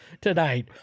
tonight